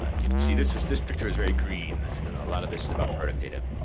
ah you can see this is, this picture is very green. a lot of this is about product data.